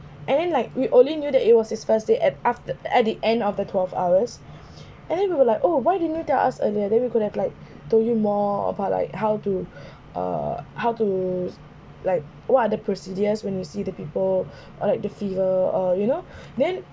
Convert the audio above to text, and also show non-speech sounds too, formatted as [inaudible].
and then like we only knew that it was his first day at af~ at the end of the twelve hours [breath] and then we were like oh why didn't you tell us earlier then we could have like [breath] told you more about like how to [breath] uh how to like what are the procedures when you see the people [breath] are like the fever or you know [breath] then